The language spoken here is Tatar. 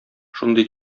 шундый